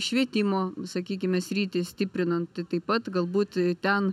švietimo sakykime sritį stiprinant taip pat galbūt ten